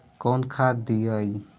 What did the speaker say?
कौन खाद दियई?